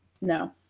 No